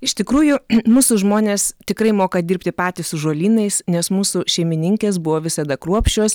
iš tikrųjų mūsų žmonės tikrai moka dirbti patys su žolynais nes mūsų šeimininkės buvo visada kruopščios